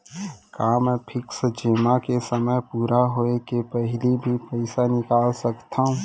का मैं फिक्स जेमा के समय पूरा होय के पहिली भी पइसा निकाल सकथव?